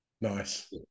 Nice